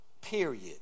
Period